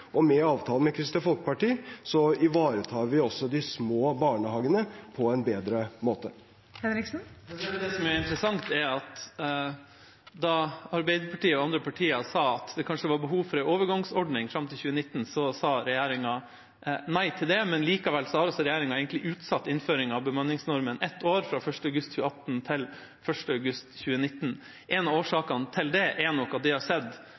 og med avtalen med Kristelig Folkeparti ivaretar vi også de små barnehagene på en bedre måte. Martin Henriksen – til oppfølgingsspørsmål. Det som er interessant, er at da Arbeiderpartiet og andre partier sa at det kanskje var behov for en overgangsordning fram til 2019, sa regjeringa nei til det, men likevel har regjeringa egentlig utsatt innføringen av bemanningsnormen ett år, fra 1. august 2018 til 1. august 2019. En av årsakene til det er nok at de har sett